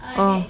orh